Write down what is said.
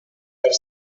per